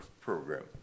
program